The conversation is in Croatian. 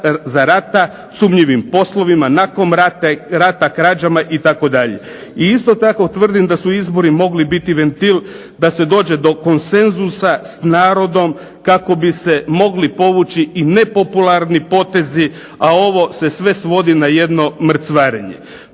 za rata sumnjivim poslovima nakon rata, krađama. I isto tako tvrdim da su izbori mogli biti ventil da se dođe do konsenzusa s narodom kako bi se mogli povući i nepopularni potezi, a ovo se sve svodi na jedno mrcvarenje.